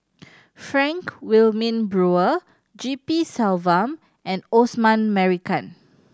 Frank Wilmin Brewer G P Selvam and Osman Merican